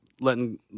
Letting